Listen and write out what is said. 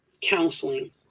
counseling